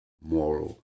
moral